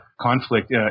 conflict